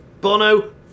Bono